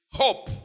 hope